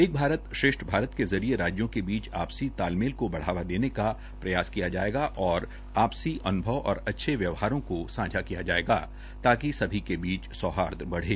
एक भारत श्रेष्ठ भारत के जरिये राज्यों के बीच आपसी तालमेल की बढ़ावा देने का प्रयास किया जायेगा और आपसी अनुभव और अच्दे व्यवहारों को सांझा किया जायेगा ताकि सभी के बीच सौहार्द बढ़े